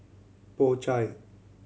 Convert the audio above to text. Po Chai